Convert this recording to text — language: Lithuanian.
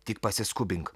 tik pasiskubink